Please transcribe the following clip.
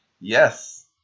Yes